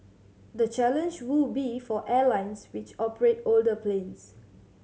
the challenge will be for airlines which operate older planes